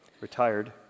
retired